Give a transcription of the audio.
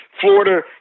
Florida